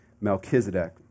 Melchizedek